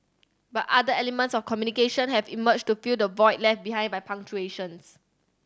but other elements of communication have emerged to fill the void left behind by punctuations